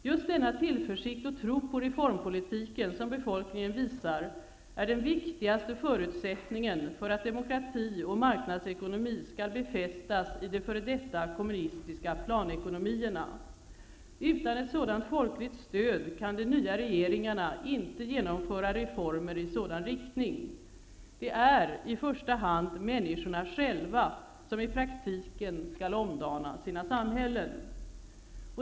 Just denna tillförsikt och tro på reformpolitiken som befolkningen visar är den viktigaste förutsättningen för att demokrati och marknadsekonomi skall befästas i de f.d. kommunistiska planekonomierna. Utan ett sådant folkligt stöd kan de nya regeringarna inte genomföra reformer i sådan riktning. Det är i första hand människorna själva som i praktiken skall omdana sina samhällen.